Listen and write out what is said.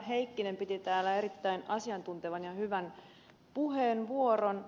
heikkinen piti täällä erittäin asiantuntevan ja hyvän puheenvuoron